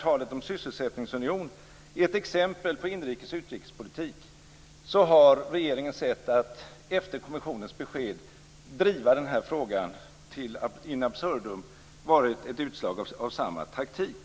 Talet om en sysselsättningsunion är ett exempel på inrikes utrikespolitik, och regeringens sätt att efter kommissionens besked driva den här frågan in absurdum har varit ett utslag av samma taktik.